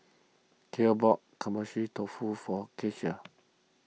Cale bought Agedashi Dofu for Kelsey